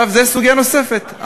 עכשיו, זו סוגיה נוספת.